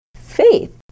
Faith